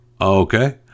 okay